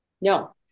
No